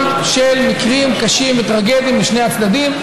של מקרים קשים וטרגיים לשני הצדדים.